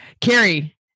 Carrie